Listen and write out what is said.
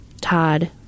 Todd